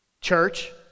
Church